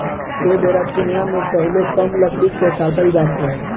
ऐ बेरा तुलना मे पहीले कम लकड़ी के काटल जात रहे